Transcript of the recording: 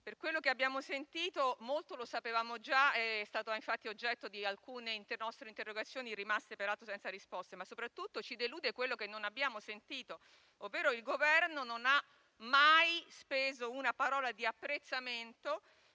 per quello che abbiamo sentito, molto lo sapevamo già ed è stato anche oggetto di alcune nostre interrogazioni, rimaste peraltro senza risposta. Soprattutto, però, ci delude quello che non abbiamo sentito, ovvero il fatto che il Governo non abbia mai speso una parola di apprezzamento